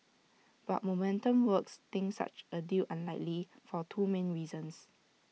but momentum works thinks such A deal unlikely for two main reasons